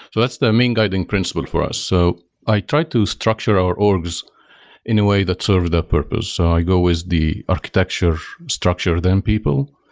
that's the main guiding principle for us. so i try to structure our orgs in a way that serves that purpose. so i go with the architecture structure, then people.